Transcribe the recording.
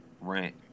rant